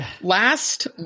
last